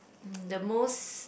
the most